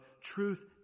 truth